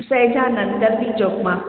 सैजानन जी चौक मां